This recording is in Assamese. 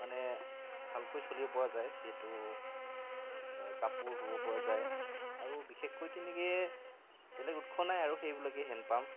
মানে ভালকৈ চলিব পৰা যায় যিহেতু কাপোৰ ধুব পৰা যায় আৰু বিশেষকৈ তেনেকৈ বেলেগ উৎস নাই আৰু সেইবিলাকেই হেণ্ড পাম্প